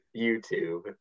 YouTube